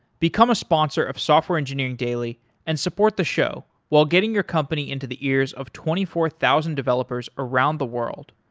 become a sponsor of software engineering daily and support the show while getting your company into the ears of twenty four thousand developers around the world.